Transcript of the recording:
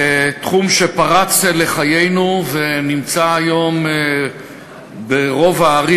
תחום זה שפרץ לחיינו ונמצא היום ברוב הערים